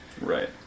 Right